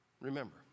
remember